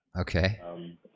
Okay